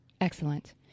Excellent